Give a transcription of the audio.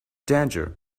danger